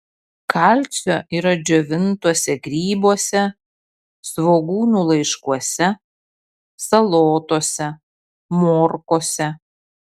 kalcio yra džiovintuose grybuose svogūnų laiškuose salotose morkose